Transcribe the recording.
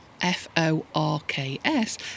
F-O-R-K-S